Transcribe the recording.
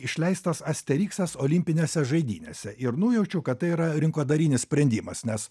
išleistas asteriksas olimpinėse žaidynėse ir nujaučiau kad tai yra rinkodarinis sprendimas nes